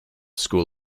school